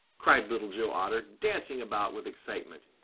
cried little joe otter, dancing about with excitement.